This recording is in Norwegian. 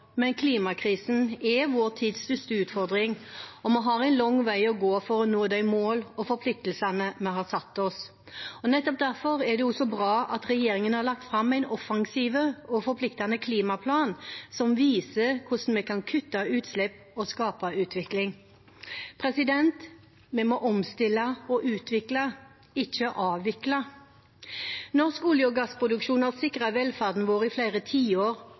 men klimakrisen er vår tids største utfordring, og vi har en lang vei å gå for å nå de mål og forpliktelser vi har satt oss. Nettopp derfor er det også bra at regjeringen har lagt fram en offensiv og forpliktende klimaplan som viser hvordan vi kan kutte utslipp og skape utvikling. Vi må omstille og utvikle, ikke avvikle. Norsk olje- og gassproduksjon har sikret velferden vår i flere tiår,